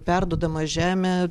perduodama žemė